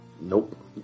Nope